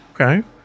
Okay